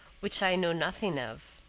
which i know nothing of.